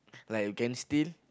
like a gang steel